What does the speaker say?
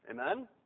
amen